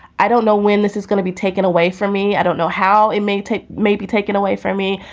i don't know when this is gonna be taken away from me i don't know how it may take maybe taken away from me,